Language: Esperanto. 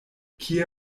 kie